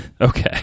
Okay